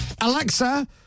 Alexa